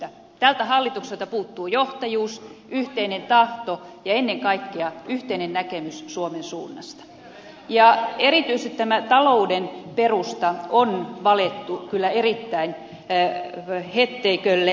tältä hallitukselta puuttuu johtajuus yhteinen tahto ja ennen kaikkea yhteinen näkemys suomen suunnasta ja erityisesti tämä talouden perusta on valettu kyllä erittäin hetteikölle